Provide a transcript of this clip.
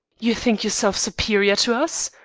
you think yourself superior to us?